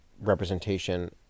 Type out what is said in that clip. representation